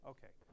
Okay